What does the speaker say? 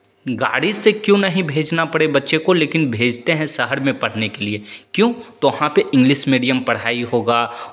गाड़ी से क्यों ना ही भेजना पड़े बच्चे को लेकिन भेजते हैं शहर में पढ़ने के लिए क्यों तो वहाँ पे इंग्लिश मीडियम पढ़ाई होगा